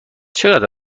چقدر